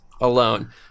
alone